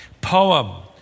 poem